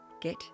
Get